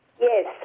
Yes